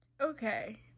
Okay